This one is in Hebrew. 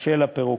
של הפירוק.